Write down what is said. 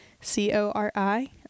c-o-r-i